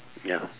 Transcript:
ya